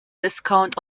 discount